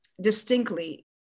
distinctly